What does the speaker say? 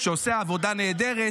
שעושה עבודה נהדרת,